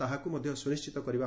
ତାହାକୁ ମଧ୍ଧ ସୁନିଶ୍ୱିତ କରିବ